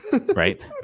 right